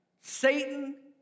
Satan